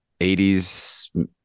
80s